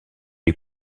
est